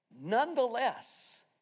Nonetheless